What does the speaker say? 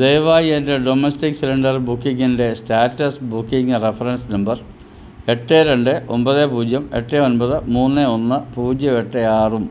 ദയവായി എന്റെ domestic cylinder ബുക്കിങ്ങിന്റെ സ്റ്റാറ്റസ് ബുക്കിംഗ് റെഫറൻസ് നമ്പർ എട്ട് രണ്ട് ഒൻപത് പൂജ്യം എട്ട് ഒന്പത് മൂന്ന് ഒന്ന് പൂജ്യം എട്ട് ആറും